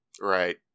Right